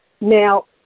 Now